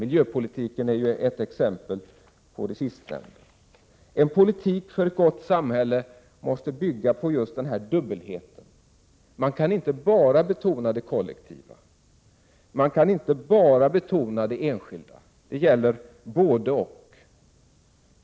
Miljöpolitiken är ett exempel på det sistnämnda. En politik för ett gott samhälle måste bygga på just den dubbelheten. Man kan inte bara betona det kollektiva, man kan inte bara betona det enskilda. Det gäller både-och.